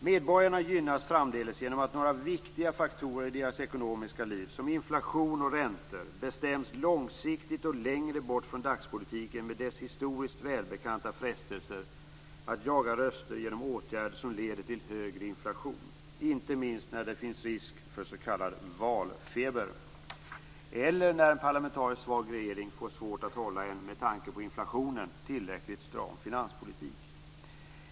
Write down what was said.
Medborgarna gynnas framdeles genom att några viktiga faktorer i deras ekonomiska liv, t.ex. inflation och räntor, bestäms långsiktigt och längre bort från dagspolitiken med dess historiskt välbekanta frestelser att jaga röster genom åtgärder som leder till högre inflation. Detta gäller inte minst när det finns risk för s.k. valfeber, eller när en parlamentariskt svag regering får svårt att hålla en - med tanke på inflationen - tillräckligt stram finanspolitik.